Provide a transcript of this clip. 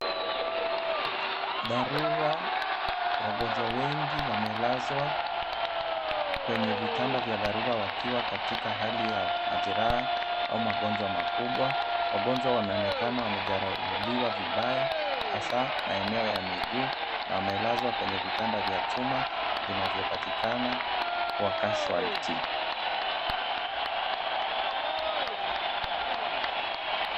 Dharura wagonjwa wengi wamelazwa kwenye vitanda vya dharura wakiwa katika hali ya majeraha au magonjwa makubwa, wagonjwa wanaonekana wamejeruhiwa vibaya hasa maeneo ya miguu, na wamelazwa kwenye vitanda vya chuma vinavyopatikana kwa casualty .